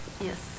yes